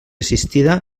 assistida